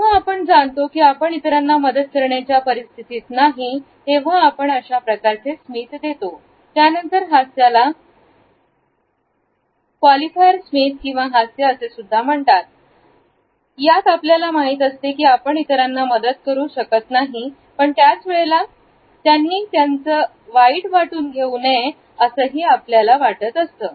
तेव्हा आपण जाणतो की आपण इतरांना मदत करण्याच्या परिस्थितीत नाही तेव्हा आपण अशा प्रकारचे स्मित देतो यानंतर हास्याला क्वालिफायर स्मित किंवा हास्य म्हणतात जास्त आपल्याला माहीत असते की आपण इतरांना मदत करू शकत नाही पण त्याच वेळेला त्यांनी त्याचं वाईट वाटून घेऊ नये असंही आपल्याला वाटतं